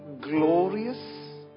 glorious